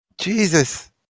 Jesus